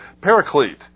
paraclete